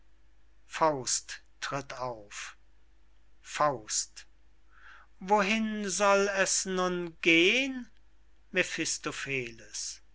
faust tritt auf wohin soll es nun gehn mephistopheles